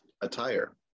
attire